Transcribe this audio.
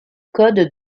code